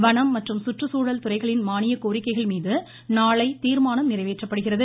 வனம் மற்றும் சுற்றுச்சூழல் துறைகளின் மானிய கோரிக்கைகள்மீது நாளை தீர்மானம் நிறைவேற்றப்படுகிறது